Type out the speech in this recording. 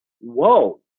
whoa